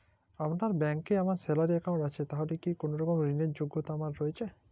আপনার ব্যাংকে আমার স্যালারি অ্যাকাউন্ট আছে তাহলে কি কোনরকম ঋণ র যোগ্যতা আমার রয়েছে?